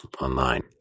online